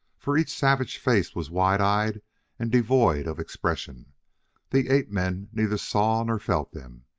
for each savage face was wide-eyed and devoid of expression the ape-men neither saw nor felt them.